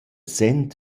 sent